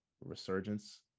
Resurgence